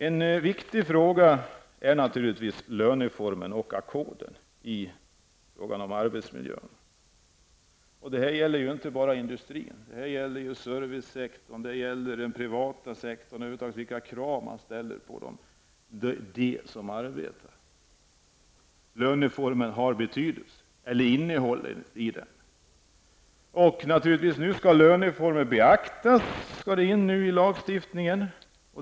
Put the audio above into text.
En viktig fråga angående arbetsmiljön är naturligtvis löneformer och ackord. Det gäller inte bara industrin utan servicesektorn och den privata sektorn. Det gäller över huvud taget vilka krav man ställer på dem som arbetar. Löneformen har betydelse. Nu har regeringen lagt fram förslag om att löneformen skall beaktas i lagstiftningen.